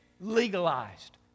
legalized